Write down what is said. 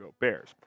Bears